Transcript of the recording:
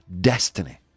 destiny